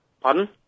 Pardon